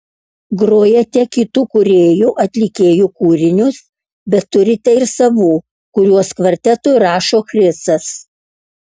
grojate kitų kūrėjų atlikėjų kūrinius bet turite ir savų kuriuos kvartetui rašo chrisas